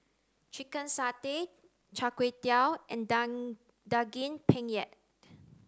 chicken Satay Char Kway Teow and Daging Penyet